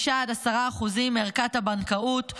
5% 10% ממערכת הבנקאות,